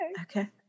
okay